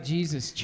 Jesus